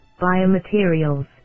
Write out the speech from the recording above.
biomaterials